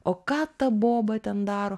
o ką ta boba ten daro